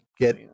get